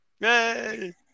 Yay